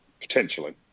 Potentially